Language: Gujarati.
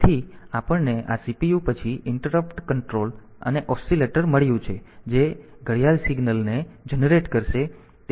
તેથી આપણને આ CPU પછી ઇન્ટરપ્ટ કંટ્રોલ અને ઓસિલેટર મળ્યું છે જે ઘડિયાળ સિગ્નલ ને જનરેટ કરશે